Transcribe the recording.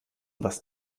was